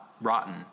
rotten